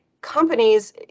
companies